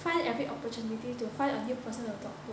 find every opportunity to find a new person to talk to